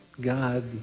God